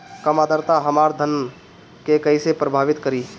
कम आद्रता हमार धान के कइसे प्रभावित करी?